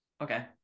okay